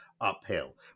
uphill